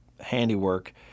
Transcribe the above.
handiwork